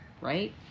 right